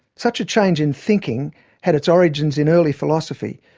such a change in thinking had its origins in early philosophy,